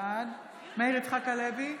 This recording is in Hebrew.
מאיר יצחק הלוי,